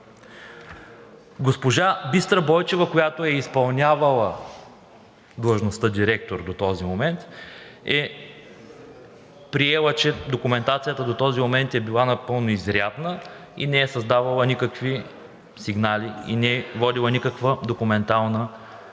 Госпожа Бистра Бойчева, която е изпълнявала длъжността „директор“ до този момент, е приела, че документацията до този момент е била напълно изрядна, и не е създавала никакви сигнали и не е водила никаква документална